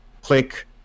click